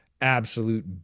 absolute